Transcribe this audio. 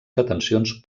detencions